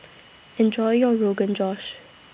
Enjoy your Rogan Josh